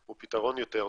הוא פתרון יותר טוב.